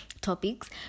topics